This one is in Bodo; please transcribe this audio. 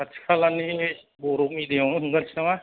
खालािनि बर' मेडियामावनो होंगारसै नामा